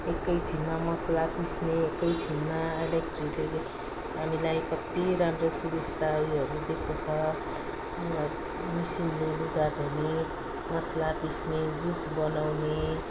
एकै छिनमा मसला पिस्ने एकै छिनमा एलेकट्रीले हामीलाई कति राम्रो सुविस्ता उयोहरू दिएको छ मिसिनले लुगा धुने मसला पिस्ने जुस बनाउने